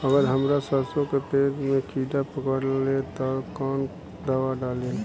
अगर हमार सरसो के पेड़ में किड़ा पकड़ ले ता तऽ कवन दावा डालि?